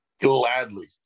gladly